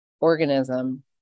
organism